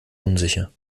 unsicher